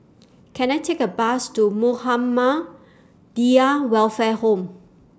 Can I Take A Bus to Muhammadiyah Welfare Home